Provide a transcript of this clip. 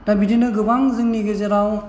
दा बिदिनो गोबां जोंनि गेजेराव